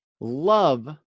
Love